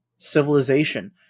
civilization